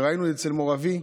וראינו אצל מו"ר אבי,